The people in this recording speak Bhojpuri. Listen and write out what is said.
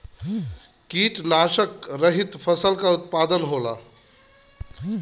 कीटनाशक रहित फसल के उत्पादन होला